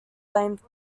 blamed